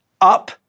up